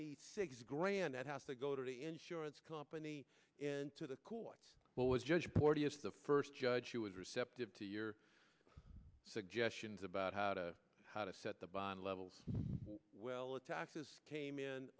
need six grand that has to go to the insurance company into the court well as judge porteous the first judge who was receptive to your suggestions about how to how to set the bond levels well the taxes came in